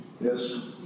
Yes